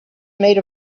made